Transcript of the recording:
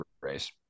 race